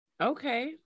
okay